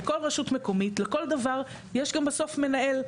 בכל רשות מקומית, לכל דבר יש גם בסוף מנהל.